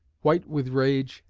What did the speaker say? white with rage,